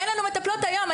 אין לנו מטפלות היום,